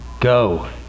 Go